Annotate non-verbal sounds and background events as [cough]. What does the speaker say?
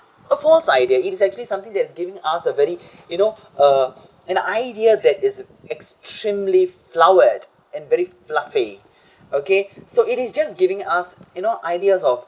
a force idea it is actually something that is giving us a very [breath] you know uh an idea that is extremely flowered and very fluffy okay so it is just giving us you know ideas of